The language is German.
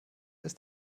ist